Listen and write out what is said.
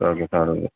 okay sir